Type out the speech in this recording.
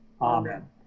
Amen